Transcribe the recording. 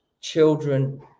children